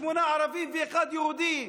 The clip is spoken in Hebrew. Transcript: שמונה ערבים ויהודי אחד.